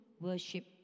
worship